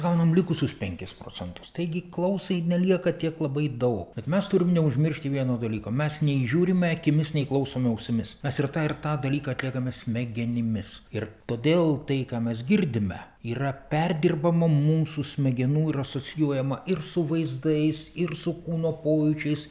gaunam likusius penkis procentus taigi klausai nelieka tiek labai daug bet mes turim neužmiršti vieno dalyko mes nei žiūrime akimis nei klausome ausimis mes ir tą ir tą dalyką atliekame smegenimis ir todėl tai ką mes girdime yra perdirbama mūsų smegenų ir asocijuojama ir su vaizdais ir su kūno pojūčiais